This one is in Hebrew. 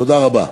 תודה רבה.